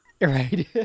Right